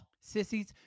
Sissies